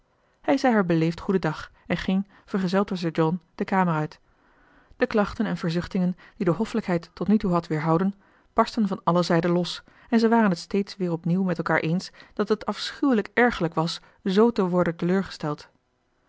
hij zei haar beleefd goedendag en ging vergezeld door sir john de kamer uit de klachten en verzuchtingen die de hoffelijkheid tot nu toe had weerhouden barstten van alle zijden los en zij waren het steeds weer op nieuw met elkaar eens dat het afschuwelijk ergerlijk was zoo te worden teleurgesteld